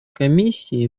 комиссии